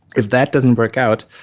if that doesn't work out,